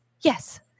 Yes